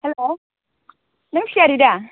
hello नों सियारि दा